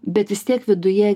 bet vis tiek viduje